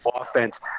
offense